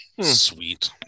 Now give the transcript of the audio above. Sweet